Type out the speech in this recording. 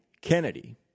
Kennedy